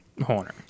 Horner